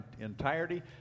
entirety